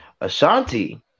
Ashanti